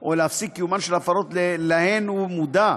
או להפסיק את קיומן של הפרות שהוא מודע להן,